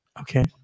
Okay